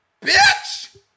BITCH